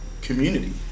community